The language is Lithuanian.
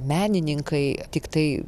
menininkai tiktai